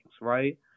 right